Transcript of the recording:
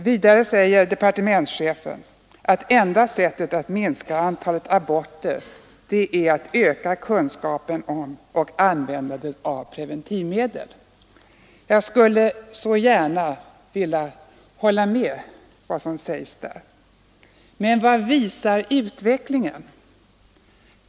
Vidare säger departementschefen att enda sättet att minska antalet aborter är att öka kunskaperna om och användandet av preventivmedel. Jag skulle så gärna vilja hålla med honom på den punkten, men vad visar utvecklingen?